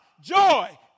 joy